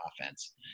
offense